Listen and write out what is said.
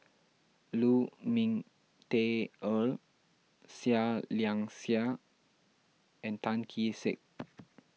Lu Ming Teh Earl Seah Liang Seah and Tan Kee Sek